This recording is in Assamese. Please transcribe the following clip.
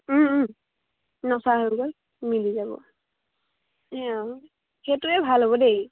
নচাও হৈ গ'ল মিলি যাব এয়া আৰু সেইটোৱে ভাল হ'ব দেই